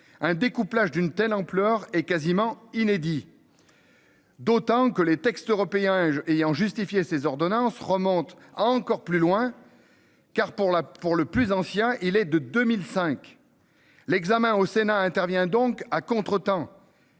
un découplage d'une telle ampleur et quasiment inédit.-- D'autant que les textes européens j'ayant justifié ces ordonnances remonte encore plus loin. Car pour la, pour le plus ancien, il est de 2005. L'examen au Sénat intervient donc à contretemps.--